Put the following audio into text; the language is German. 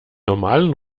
normalen